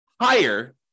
higher